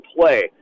play